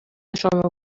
شما